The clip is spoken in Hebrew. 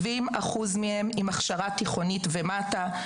70% עם הכשרה תיכונית ומטה,